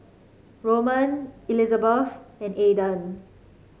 Roman Elizabeth and Aaden